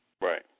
Right